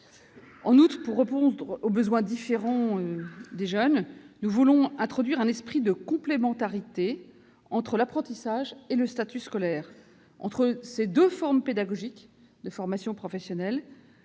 En outre, pour répondre aux besoins différents des jeunes, nous voulons introduire un esprit de complémentarité entre apprentissage et statut scolaire, entre les formes pédagogiques, à travers des passerelles